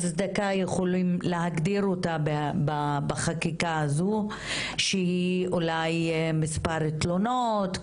יכולים להגדיר את ההצדקה בחקיקה הזו שהיא אולי מספר תלונות,